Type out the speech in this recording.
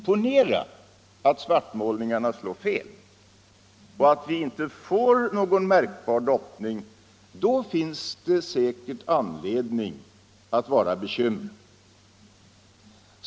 Ponera alltså att svartmålningarna slår fel och vi inte får någon märkbar doppning. Då finns det säkert anledning att vara bekymrad.